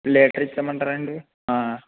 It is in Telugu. లీటర్ ఇచ్చేమంటారా అండి